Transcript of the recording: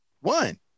One